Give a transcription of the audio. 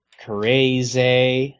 Crazy